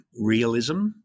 realism